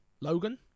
Logan